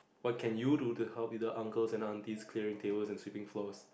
what can you do to help either uncles and aunties clearing tables and sweeping floors